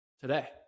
today